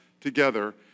together